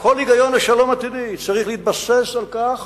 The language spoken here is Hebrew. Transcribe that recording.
כל היגיון של שלום עתידי צריך להתבסס על כך